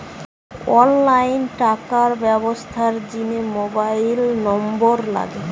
online টাকার ব্যবস্থার জিনে মোবাইল নম্বর লাগে